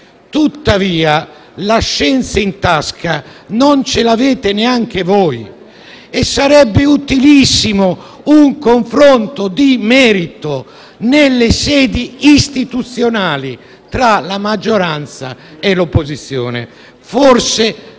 Tuttavia, la scienza in tasca non l'avete neanche voi e sarebbe utilissimo un confronto di merito, nelle sedi istituzionali, tra la maggioranza e l'opposizione. Forse